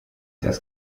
das